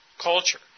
culture